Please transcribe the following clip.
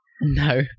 No